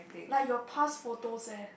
like your past photos eh